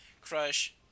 Crush